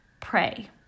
pray